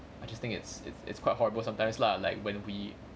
I just think it's it's it's quite horrible sometimes lah like when we